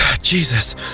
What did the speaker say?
Jesus